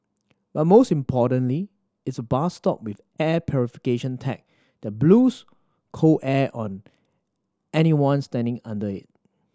but most importantly it's a bus stop with air purification tech that blows cool air on anyone standing under it